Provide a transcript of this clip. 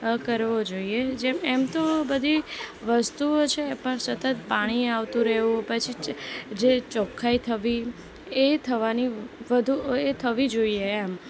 કરવો જોઈએ જેમ એમ તો બધી વસ્તુઓ છે પણ સતત પાણી આવતું રહેવું પછી જે ચોખ્ખાઇ થવી એ થવાની વધુ એ થવી જોઈએ એમ